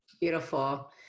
Beautiful